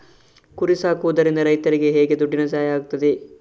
ಕುರಿ ಸಾಕುವುದರಿಂದ ರೈತರಿಗೆ ಹೇಗೆ ದುಡ್ಡಿನ ಸಹಾಯ ಆಗ್ತದೆ?